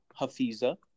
Hafiza